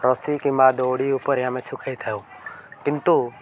ରଶି କିମ୍ବା ଦଉଡ଼ି ଉପରେ ଆମେ ଶୁଖେଇଥାଉ କିନ୍ତୁ